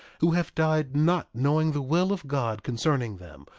who have died not knowing the will of god concerning them,